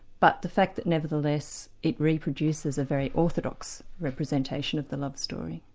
but the fact that nevertheless, it reproduces a very orthodox representation of the love story.